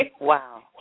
Wow